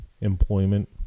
employment